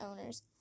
owners